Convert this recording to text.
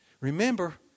Remember